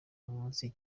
umunsi